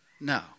No